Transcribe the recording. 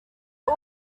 are